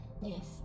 Yes